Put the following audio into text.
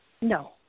No